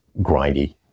grindy